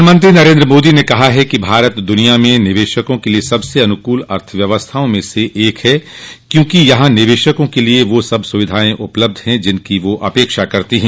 प्रधानमंत्री नरेन्द्र मोदी ने कहा है कि भारत दुनिया में निवेशकों के लिए सबसे अनुकूल अर्थव्यवस्थाओं में से एक है क्योंकि यहां निवेशकों के लिए वे सब सुविधाएं उपलब्ध हैं जिनकी वे अपेक्षा करते हैं